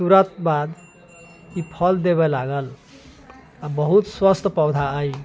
तुरंत बाद ई फल देबे लागल आ बहुत स्वस्थ पौधा है